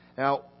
Now